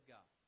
God